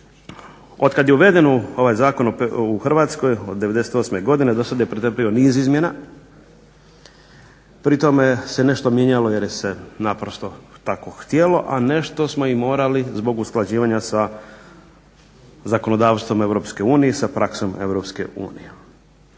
od kad je uveden ovaj zakon u Hrvatskoj, od 98. godine do sad je pridobio niz izmjena, pri tome se nešto mjesto jer je se naprosto tako htjelo, a nešto smo i morali zbog usklađivanja sa zakonodavstvom EU i sa praksom EU. Ovaj